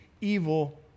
evil